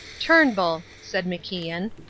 turnbull, said macian,